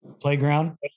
playground